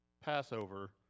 Passover